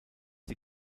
die